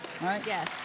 Yes